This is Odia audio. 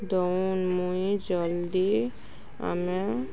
ଦଉନ୍ ମୁଇଁ ଜଲ୍ଦି ଆମେ